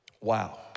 Wow